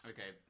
Okay